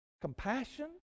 compassion